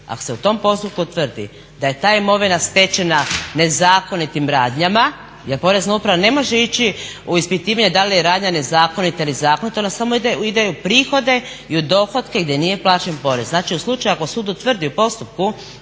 ako se u tom postupku utvrdi da je ta imovina stečena nezakonitim radnjama, jer Porezna uprava ne može ići u ispitivanje da li je radnja nezakonita ili zakonita, ona samo ide u prihode i u dohotke gdje nije plaćen porez. Znači, u slučaju ako sud utvrdi u postupku